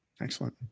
Excellent